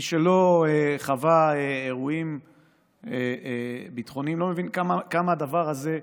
מי שלא חווה אירועים ביטחוניים לא מבין כמה הדבר הזה מורכב.